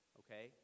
okay